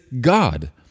God